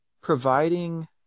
providing